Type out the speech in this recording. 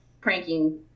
pranking